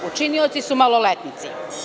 Učinioci su maloletnici.